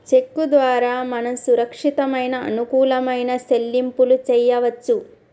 చెక్కు ద్వారా మనం సురక్షితమైన అనుకూలమైన సెల్లింపులు చేయవచ్చు